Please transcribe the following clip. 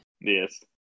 Yes